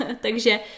takže